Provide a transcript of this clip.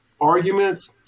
arguments